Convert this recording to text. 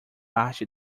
arte